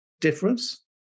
difference